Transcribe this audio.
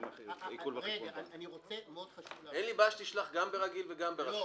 מאוד חשוב להבין --- אין לי בעיה שתשלח גם ברגיל וגם ברשום.